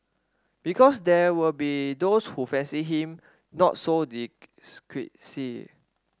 because there will be those who fancy him not so